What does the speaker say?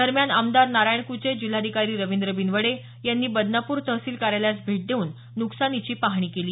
दरम्यान आमदार नारायण कुचे जिल्हाधिकारी रविंद्र बिनवडे यांनी बदनापूर तहसील कार्यालयास भेट देऊन नुकसानीची पाहणी केली